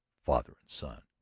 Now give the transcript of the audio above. father and son!